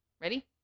ready